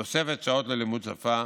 תוספת שעות ללימוד שפה